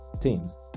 teams